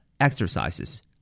exercises